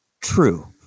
true